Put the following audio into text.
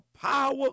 power